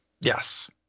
Yes